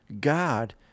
God